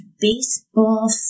baseball